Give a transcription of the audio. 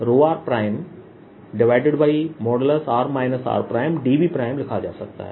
dV लिखा जा सकता है